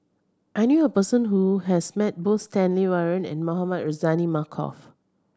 I knew a person who has met both Stanley Warren and Mohamed Rozani Maarof